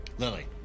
Lily